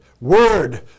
word